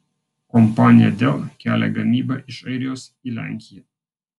kompanija dell kelia gamybą iš airijos į lenkiją